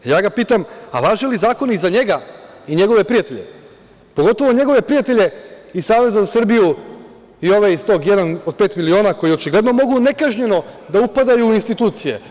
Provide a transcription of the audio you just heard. Ja ga pitam, a važe li zakoni za njega i njegove prijatelje, pogotovu njegove prijatelje iz Saveza za Srbiju i ove iz tog „Jedan od pet miliona“ koji očigledno mogu nekažnjeno da upadaju u institucije?